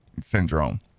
syndrome